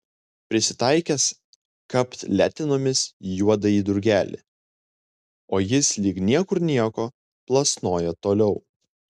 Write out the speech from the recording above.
prisitaikęs kapt letenomis juodąjį drugelį o jis lyg niekur nieko plasnoja toliau